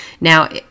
Now